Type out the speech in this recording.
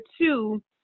two